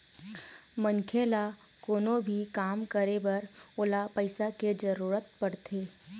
मनखे ल कोनो भी काम करे बर ओला पइसा के जरुरत पड़थे